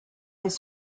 his